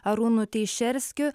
arūnu teišerskiu